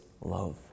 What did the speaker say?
love